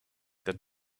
that